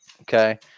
Okay